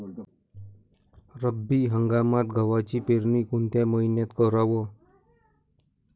रब्बी हंगामात गव्हाची पेरनी कोनत्या मईन्यात कराव?